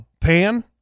pan